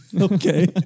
okay